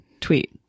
tweet